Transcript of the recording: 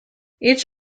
each